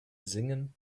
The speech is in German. singen